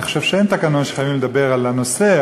אני חושב שאין בתקנון שצריך לדבר על הנושא,